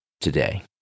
today